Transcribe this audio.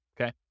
okay